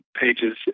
pages